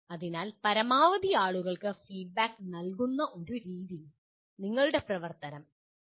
അതിനാൽ പരമാവധി ആളുകൾക്ക് ഫീഡ്ബാക്ക് നൽകുന്ന ഒരു രീതിയിൽ നിങ്ങൾ പ്രവർത്തിക്കണം